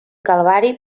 calvari